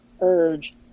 urge